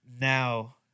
now